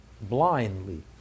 blindly